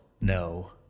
no